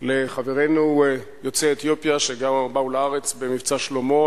לחברינו יוצאי אתיופיה שבאו לארץ ב"מבצע שלמה".